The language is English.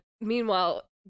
meanwhile